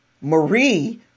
Marie